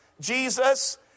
Jesus